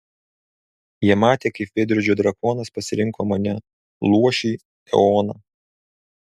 jie matė kaip veidrodžio drakonas pasirinko mane luošį eoną